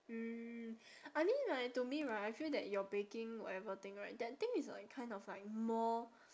mm I mean right to me right I feel that your baking whatever thing right that thing is like kind of like more